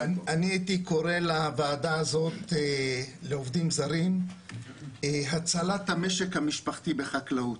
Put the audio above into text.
אני הייתי קורא לוועדה הזאת לעובדים זרים 'הצלת המשק המשפחתי בחקלאות',